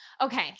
Okay